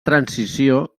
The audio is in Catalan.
transició